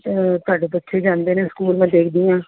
ਉਹ ਤੁਹਾਡੇ ਬੱਚੇ ਜਾਂਦੇ ਨੇ ਸਕੂਲ ਮੈਂ ਦੇਖਦੀ ਹਾਂ